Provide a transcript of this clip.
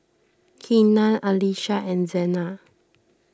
Kenan Alysha and Zena